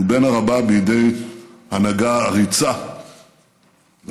שהוא בן ערובה בידי הנהגה עריצה ואכזרית,